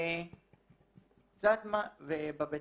ובבית